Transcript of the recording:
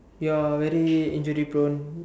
you're very injury prone